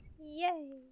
Yay